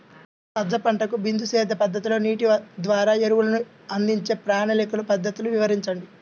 సజ్జ పంటకు బిందు సేద్య పద్ధతిలో నీటి ద్వారా ఎరువులను అందించే ప్రణాళిక పద్ధతులు వివరించండి?